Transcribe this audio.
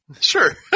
Sure